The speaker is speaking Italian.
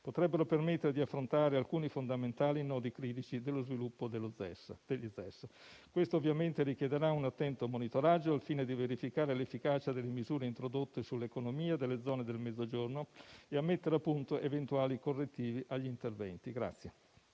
potrebbero permettere di affrontare alcuni fondamentali nodi critici dello sviluppo per le ZES. Ciò ovviamente richiederà un attento monitoraggio, al fine di verificare l'efficacia delle misure introdotte sull'economia delle zone del Mezzogiorno e di mettere a punto eventuali correttivi agli interventi.